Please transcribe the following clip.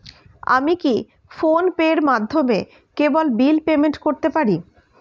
আমি কি ফোন পের মাধ্যমে কেবল বিল পেমেন্ট করতে পারি?